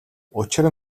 учир